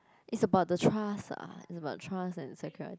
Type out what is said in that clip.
it's about the trust ah it's about the trust and security